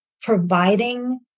providing